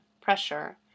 pressure